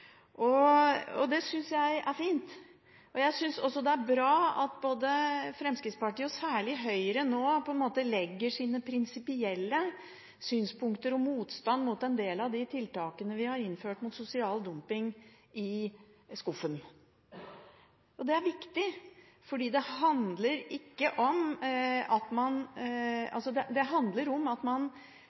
Det synes jeg er fint. Jeg synes også det er bra at Fremskrittspartiet og særlig Høyre nå legger sine prinsipielle synspunkter og motstand mot en del av de tiltakene vi har innført mot sosial dumping, i skuffen. Det er viktig, fordi det handler om at man ser nødvendigheten og ønskeligheten av å bruke tiltakene, og at man